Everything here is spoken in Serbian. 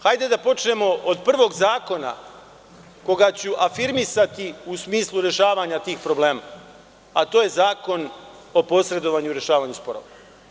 Hajde da počnemo od prvog zakona koga ću afirmisati u smislu rešavanja tih problema, a to je Zakon o posredovanju u rešavanju sporova.